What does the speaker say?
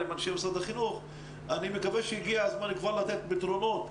אלה סטודנטים שהמעסיקים שלהם לא הוציאו אותם לחל"ת או פיטרו אותם.